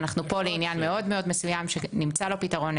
אנחנו פה לעניין מאוד מאוד מסוים שנמצא לו פתרון,